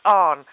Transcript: on